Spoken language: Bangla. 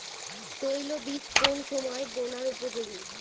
তৈল বীজ কোন সময় বোনার উপযোগী?